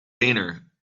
dinner